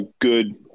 good